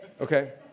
Okay